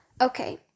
Okay